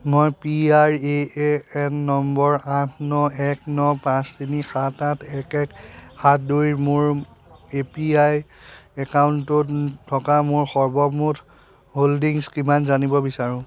মই P R A A N number আঠ ন এক ন পাঁচ তিনি সাত আঠ এক এক সাত দুইৰ মোৰ এ পি আই একাউণ্টটোত থকা মোৰ সৰ্বমুঠ হোল্ডিংছ কিমান জানিব বিচাৰোঁ